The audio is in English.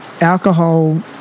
alcohol